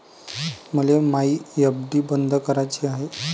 मले मायी एफ.डी बंद कराची हाय